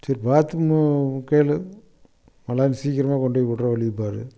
சரி பார்த்து மு கேள் நல்லா சீக்கிரமாக கொண்டுபோய் விடுகிற வழியை பார்